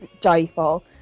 joyful